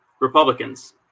Republicans